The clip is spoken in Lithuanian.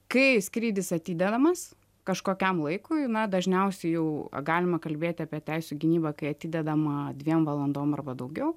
kai skrydis atidedamas kažkokiam laikui na dažniausiai jau galima kalbėti apie teisių gynybą kai atidedama dviem valandom arba daugiau